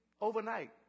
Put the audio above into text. overnight